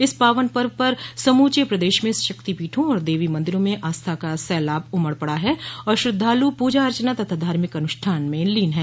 इस पावन पर्व पर समूचे प्रदेश में शक्तिपीठों और देवी मन्दिरों में आस्था का सैलाब उमड़ पड़ा है और श्रद्धालु पूजा अर्चना तथा धार्मिक अनुष्ठान में लीन हैं